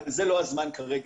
אבל זה לא הזמן כרגע.